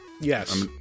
Yes